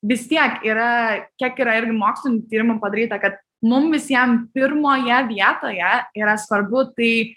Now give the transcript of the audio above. vis tiek yra kiek yra irgimokslinių tyrimų padaryta kad mum visiem pirmoje vietoje yra svarbu tai